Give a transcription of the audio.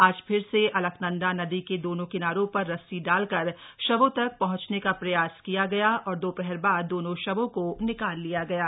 आज फिर से अलकनंदा नदी के दोनों किनारों पर रस्सी डाल कर शर्वो तक पहंचने का प्रयास किया गया और दोपहर बाद दोनों शवों को निकाल लिया गया है